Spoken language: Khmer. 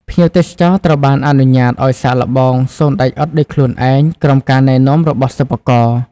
ភ្ញៀវទេសចរត្រូវបានអនុញ្ញាតឱ្យ សាកល្បង សូនដីឥដ្ឋដោយខ្លួនឯងក្រោមការណែនាំរបស់សិប្បករ។